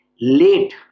late